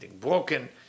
broken